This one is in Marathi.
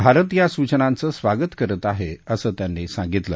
भारत या सूचनांचं स्वागत करत आहे असं त्यांनी सांगितलं